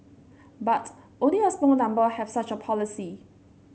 but only a small number have such a policy